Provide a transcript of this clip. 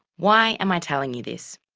why am i telling you this?